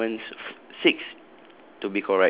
humans six